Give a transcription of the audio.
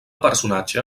personatge